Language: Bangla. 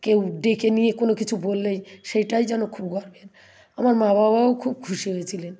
কেউ ডেকে নিয়ে কোনো কিছু বললেই সেটাই যেন খুব গর্বের আমার মা বাবাও খুব খুশি হয়েছিলেন